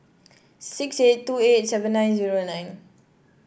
six eight two eight seven nine zero nine